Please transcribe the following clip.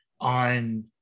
on